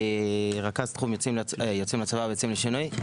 אני רכז תחום יוצאים מהצבא ויוצאים לשינוי.